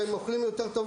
והם גם אוכלים יותר טוב